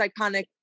iconic